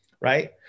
Right